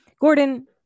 gordon